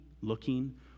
looking